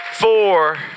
Four